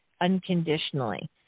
unconditionally